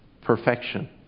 perfection